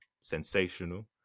sensational